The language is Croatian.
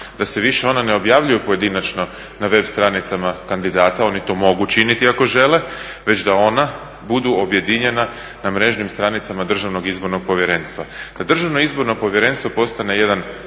da se više ona ne objavljuju pojedinačno na web stranicama kandidata, oni to mogu činiti ako žele, već da ona budu objedinjena na mrežnim stranicama DIP-a. Da DIP postane jedan